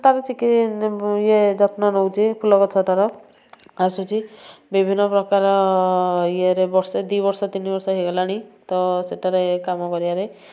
ତା'ର ଇଏ ଯତ୍ନ ନେଉଛି ଫୁଲ ଗଛଟାର ଆସୁଛି ବିଭିନ୍ନ ପ୍ରକାର ଇଏରେ ବର୍ଷେ ଦୁଇ ବର୍ଷ ତିନି ବର୍ଷ ହେଇଗଲାଣି ତ ସେଠାରେ କାମ କରିବାରେ